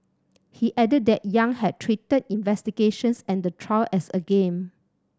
he added that Yang had treated investigations and the trial as a game